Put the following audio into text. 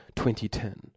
2010